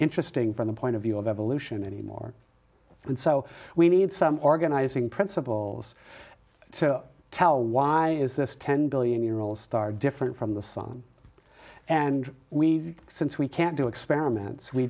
interesting from the point of view of evolution any more and so we need some organizing principles so tell why is this ten billion year old star different from the sun and we since we can't do experiments we